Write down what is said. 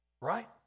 Right